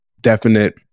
definite